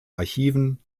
archiven